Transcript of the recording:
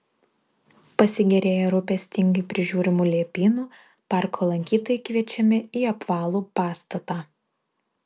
pasigėrėję rūpestingai prižiūrimu liepynu parko lankytojai kviečiami į apvalų pastatą